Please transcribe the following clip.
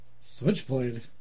Switchblade